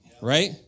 right